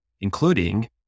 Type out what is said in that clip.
including